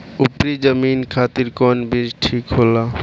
उपरी जमीन खातिर कौन बीज ठीक होला?